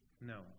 No